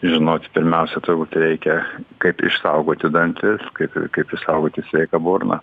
žinoti pirmiausia turbūt reikia kaip išsaugoti dantis kaip ir kaip išsaugoti sveiką burną